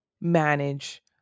manage